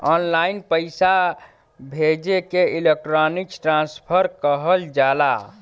online पइसा भेजे के इलेक्ट्रानिक ट्रांसफर कहल जाला